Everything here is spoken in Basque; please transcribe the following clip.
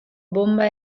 bonba